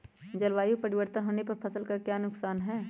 जलवायु परिवर्तन होने पर फसल का क्या नुकसान है?